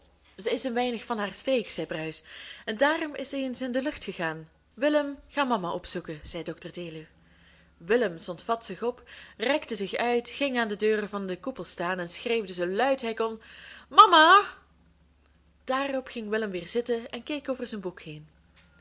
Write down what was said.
ze is een weinig van haar streek zei bruis en daarom is ze eens in de lucht gegaan willem ga mama opzoeken zei dr deluw willem stond vadsig op rekte zich uit ging aan de deur van den koepel staan en schreeuwde zoo luid hij kon mama daarop ging willem weer zitten en keek over zijn boek heen